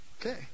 okay